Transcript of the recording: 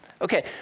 okay